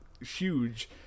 huge